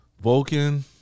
Vulcan